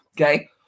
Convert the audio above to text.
okay